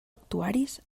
actuaris